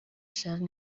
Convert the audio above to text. charly